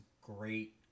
great